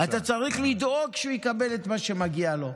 אתה צריך לדאוג שהוא יקבל את מה שמגיע לו.